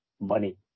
money